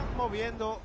moviendo